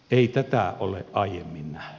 ei tätä ole aiemmin nähty